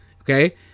okay